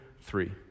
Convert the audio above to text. three